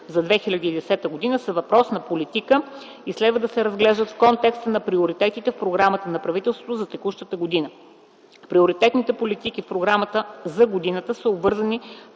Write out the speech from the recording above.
за 2010 г. са въпрос на политика и следва да се разглеждат в контекста на приоритетите в програмата на правителството за текущата година. Приоритетните политики в програмата за годината са обвързани